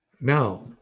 Now